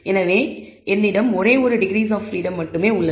எனவே என்னிடம் ஒரே ஒரு டிகிரீஸ் ஆப் பிரீடம் மட்டுமே உள்ளது